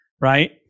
right